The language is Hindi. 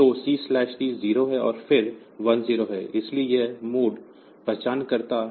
तो C T 0 है और फिर 10 है इसलिए यह मोड पहचानकर्ता है